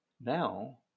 Now